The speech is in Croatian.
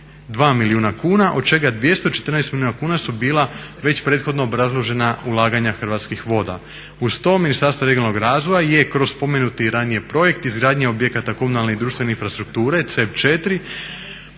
milijuna kuna, od čega 214 milijuna kuna su bila već prethodno obrazložena ulaganja Hrvatskih voda. Uz to Ministarstvo regionalnog razvoja je kroz spomenuti ranije projekt izgradnje objekata komunalne i društvene infrastrukture CEB